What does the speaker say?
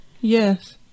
Yes